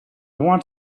want